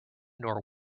nor